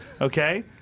okay